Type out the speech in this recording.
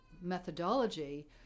methodology